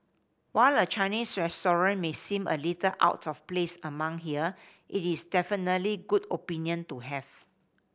while a Chinese may seem a little out of place among here it is definitely good opinion to have